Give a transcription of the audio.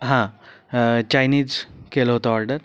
हां चायनीज केलं होतं ऑर्डर